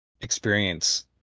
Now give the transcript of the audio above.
experience